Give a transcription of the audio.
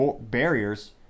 barriers